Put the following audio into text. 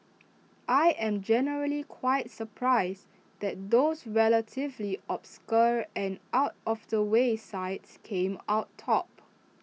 I am generally quite surprised that those relatively obscure and out of the way sites came out top